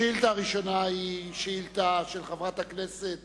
השאילתא הראשונה היא שאילתא של חברת הכנסת